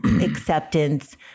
acceptance